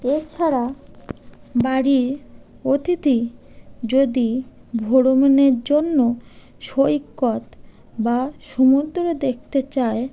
এছাড়া বাড়ির অতিথি যদি ভ্রমণের জন্য সৈকত বা সমুদ্র দেখতে চায়